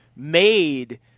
made